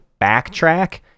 backtrack